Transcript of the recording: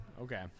Okay